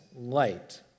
light